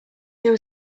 there